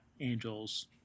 angel's